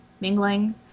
mingling